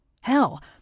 Hell